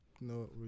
No